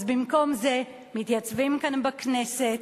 במקום זה מתייצבים כאן בכנסת